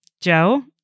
Joe